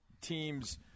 teams